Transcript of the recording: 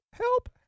Help